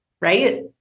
right